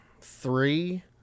three